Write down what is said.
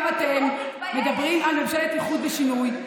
גם אתם מדברים על ממשלת איחוד ושינוי,